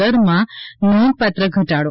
દરમાં નોંધપાત્ર ઘટાડો